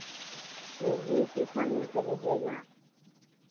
जी chiffon में के लीजिएगा